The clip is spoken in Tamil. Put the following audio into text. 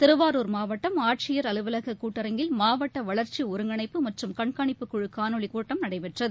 திருவாரூர் மாவட்டம் ஆட்சியர் அலவலக கூட்டரங்கில் மாவட்ட வளர்ச்சி ஒருங்கிணைப்பு மற்றும் கண்காணிப்புக் குழு காணொலிக் காட்சி கூட்டம் நடைபெற்றது